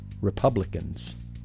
Republicans